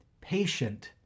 patient